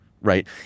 right